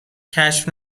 کشف